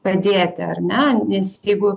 padėti ar ne nes jeigu